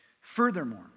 Furthermore